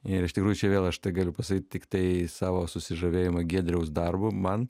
ir iš tikrųjų čia vėl aš tegaliu pasakyt tiktai savo susižavėjimą giedriaus darbu man